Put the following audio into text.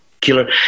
killer